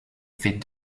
fait